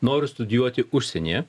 noriu studijuoti užsienyje